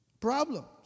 Problems